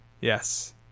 Yes